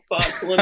fuck